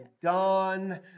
Dawn